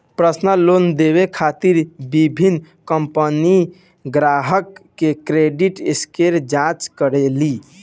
personal loan देवे खातिर विभिन्न कंपनीसन ग्राहकन के क्रेडिट स्कोर जांच करेली